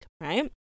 right